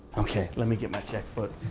okay, let me get my check book.